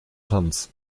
tanz